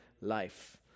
life